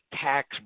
tax